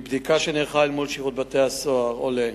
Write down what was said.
מבדיקה שנערכה אל מול שירות בתי-הסוהר עולה